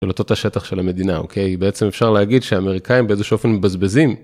על אותו תא שטח של המדינה אוקיי, בעצם אפשר להגיד שהאמריקאים באיזה שהוא אופן מבזבזים.